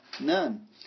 none